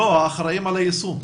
לא, האחראים על היישום.